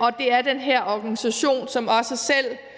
og det er den her alliance, som selv